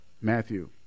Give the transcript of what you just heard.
Matthew